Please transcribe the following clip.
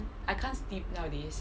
I can't sleep nowadays